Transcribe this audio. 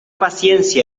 paciencia